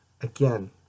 Again